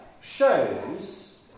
shows